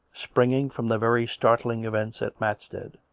springing from the very startling events at matstead,